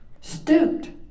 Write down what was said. stooped